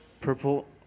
purple